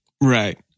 Right